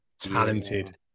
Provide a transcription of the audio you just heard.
talented